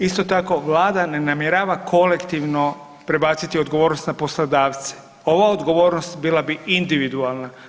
Isto tako, Vlada ne namjerava kolektivno prebaciti odgovornost na poslodavce, ova odgovornost bila bi individualna.